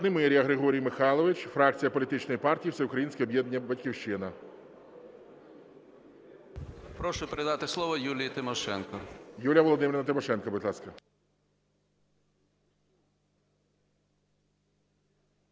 Прошу передати слово Юлії Тимошенко.